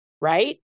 right